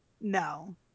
No